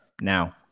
now